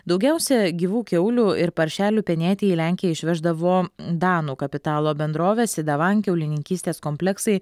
daugiausia gyvų kiaulių ir paršelių penėti į lenkiją išveždavo danų kapitalo bendrovės idavang kiaulinininkystės kompleksai